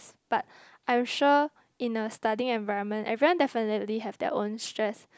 but I'm sure in a studying environment everyone definitely have their own stress